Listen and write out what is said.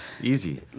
Easy